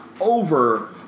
over